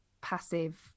passive